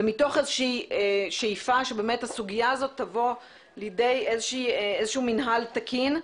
ומתוך איזושהי שאיפה שבאמת הסוגיה הזו תבוא לידי איזשהו מינהל תקין.